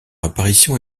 apparition